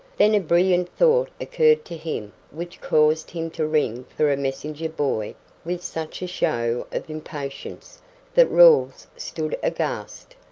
then a brilliant thought occurred to him which caused him to ring for a messenger-boy with such a show of impatience that rawles stood aghast.